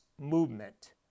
movement